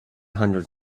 hundred